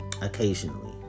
occasionally